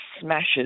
smashes